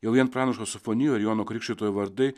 jau vien pranašo sofonijo ir jono krikštytojo vardai